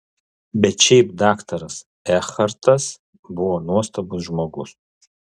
bet šiaip daktaras ekhartas buvo nuostabus žmogus